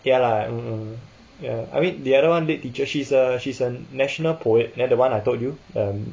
ya lah ya I mean the other one lit teacher she's a she's a national poet there the one I told um